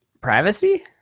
privacy